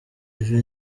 ivi